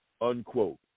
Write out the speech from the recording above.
unquote